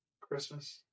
christmas